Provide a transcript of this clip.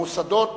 המוסדות